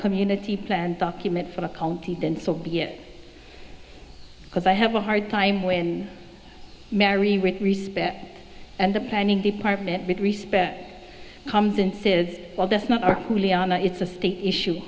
community plan document for the county then so be it because i have a hard time when mary with respect and the planning department with respect comes and says well that's not our it's a state issue